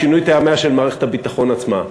משינוי טעמיה של מערכת הביטחון עצמה.